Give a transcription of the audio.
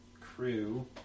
crew